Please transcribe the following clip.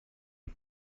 you